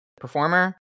performer